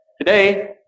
today